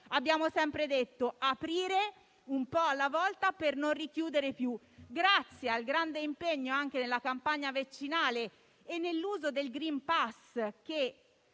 Abbiamo sempre detto di aprire un po' alla volta per non richiudere più, grazie anche al grande impegno nella campagna vaccinale e all'uso del *green pass,*